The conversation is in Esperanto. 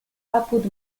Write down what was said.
apud